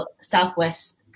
southwest